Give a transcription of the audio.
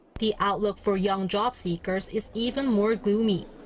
the outlook for young jobseekers is even more gloomy.